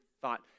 thought